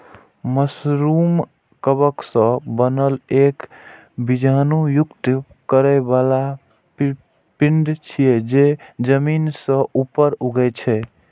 mushroom कवक सं बनल एक बीजाणु युक्त फरै बला पिंड छियै, जे जमीन सं ऊपर उगै छै